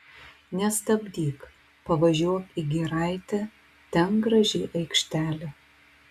nestabdyk pavažiuok į giraitę ten graži aikštelė